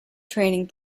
training